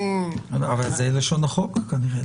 הרי זה לשון החוק כנראה,